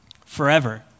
forever